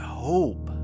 hope